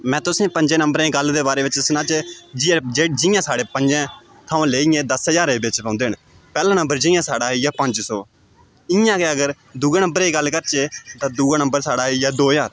में तुसेंगी पंजे नम्बरें दी गल्ल दे बारे बिच्च सनाचै जे जे जि'यां साढे़ पंजे थमां लेइयै दस ज्हारै बिच्च ओंदे न पैह्लला नम्बर जियां साढ़ा आई गेआ पंज सौ इ'यां गै अगर दु'ए नम्बरै दी गल्ल करचै तां दु'ए नम्बर साढ़ा आई गेआ दो ज्हार